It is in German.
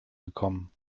gekommen